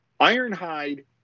Ironhide